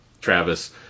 Travis